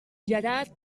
gerard